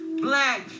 black